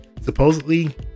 supposedly